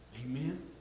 Amen